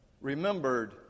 remembered